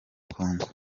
congo